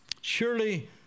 Surely